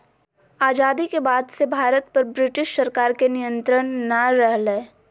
आजादी के बाद से भारत पर ब्रिटिश सरकार के नियत्रंण नय रहलय